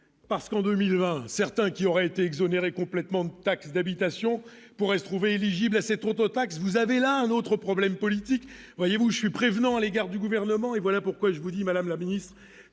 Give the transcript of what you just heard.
parce qu'en 2020, certains qui auraient été exonéré complètement de taxe d'habitation, pourrait se trouver éligibles à cette ont autant que vous avez là un autre problème politique, voyez-vous, je suis prévenant à l'égard du gouvernement et voilà pourquoi je vous dis, Madame la Ministre,